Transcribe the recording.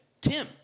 Tim